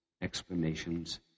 explanations